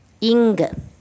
ing